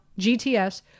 GTS